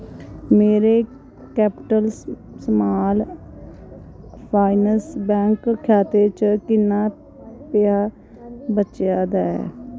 मेरे Capital Small Finance Bank खाते च किन्ना पैहा बचे दा ऐ